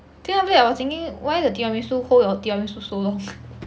then after that I was thinking why the tiramisu hold your tiramisu so long